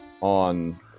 on